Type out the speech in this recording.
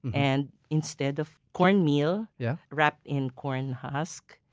and instead of corn meal yeah wrapped in corn husk,